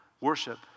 worship